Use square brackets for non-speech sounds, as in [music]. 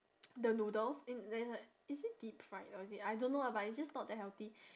[noise] the noodles in there it's like is it deep fried or is it I don't know lah but it's just not that healthy